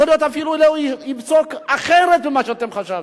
יכול להיות שהוא אפילו יפסוק אחרת ממה שאתם חשבתם.